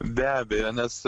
be abejo nes